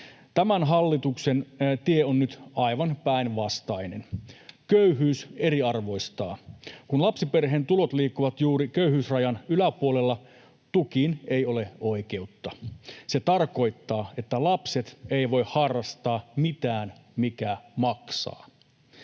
Tämän hallituksen tie on nyt aivan päinvastainen. Köyhyys eriarvoistaa. Kun lapsiperheen tulot liikkuvat juuri köyhyysrajan yläpuolella, tukiin ei ole oikeutta. Se tarkoittaa, että lapset eivät voi harrastaa mitään, mikä maksaa.